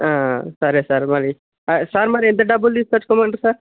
సరే సరే మరి సార్ మరి ఎంత డబ్బులు తీసుకొచ్చుకోమంటారు సార్